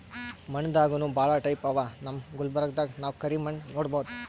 ಮಣ್ಣ್ ದಾಗನೂ ಭಾಳ್ ಟೈಪ್ ಅವಾ ನಮ್ ಗುಲ್ಬರ್ಗಾದಾಗ್ ನಾವ್ ಕರಿ ಮಣ್ಣ್ ನೋಡಬಹುದ್